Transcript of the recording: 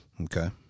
Okay